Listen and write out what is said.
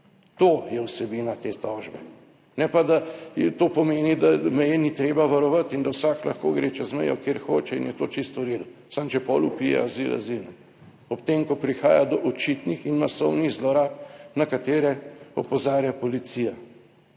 To je vsebina te tožbe. Ne pa, da to pomeni, da meje ni treba varovati in da vsak lahko gre čez mejo kjer hoče in je to čisto v redu, samo, če pol vpije azil, azil, ob tem, ko prihaja do očitnih in masovnih zlorab, na katere opozarja policija.